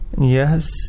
yes